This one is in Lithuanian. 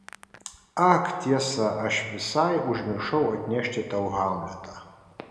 ak tiesa aš visai užmiršau atnešti tau hamletą